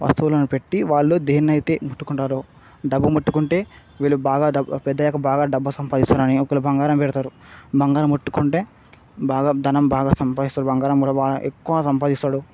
వస్తువులను పెట్టి వాళ్ళు దేన్నైతే ముట్టుకుంటారో డబ్బు ముట్టుకుంటే వీళ్ళు బాగా పెద్దయ్యక డబ్బు సంపాదిస్తారని ఒకళ్ళు బంగారం పెడతారు బంగారం ముట్టుకుంటే బాగా ధనం బాగా సంపాదిస్తారు బంగారం కూడా బాగా ఎక్కువ సంపాదిస్తాడు